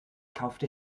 kaufte